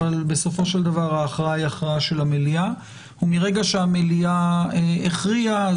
אבל בסופו של דבר ההכרעה היא הכרעה של המליאה ומרגע שהמליאה הכריעה,